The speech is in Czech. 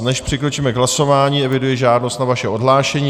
Než přikročíme k hlasování, eviduji žádost o odhlášení.